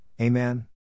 Amen